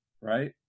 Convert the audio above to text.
right